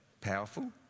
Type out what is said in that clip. powerful